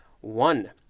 one